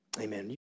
Amen